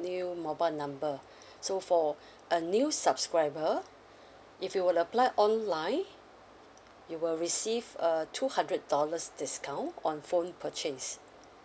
new mobile number so for a new subscriber if you would apply online you will receive a two hundred dollars discount on phone purchase